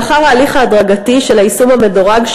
לאחר ההליך ההדרגתי של היישום המדורג,